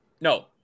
no